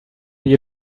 you